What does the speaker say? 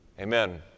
Amen